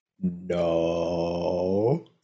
No